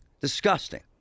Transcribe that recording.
disgusting